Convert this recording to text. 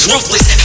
Ruthless